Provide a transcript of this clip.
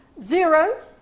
zero